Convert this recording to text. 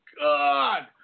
God